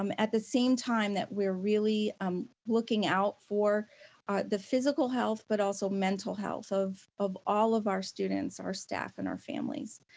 um at the same time that we're really um looking out for the physical health but also mental health of of all of our students, our staff and our families.